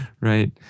Right